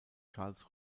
charles